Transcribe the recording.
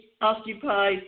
Occupied